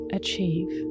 achieve